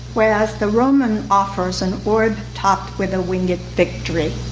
whereas the roman offers an orb topped with a winged victory.